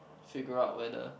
figure out whether